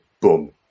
boom